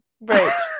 right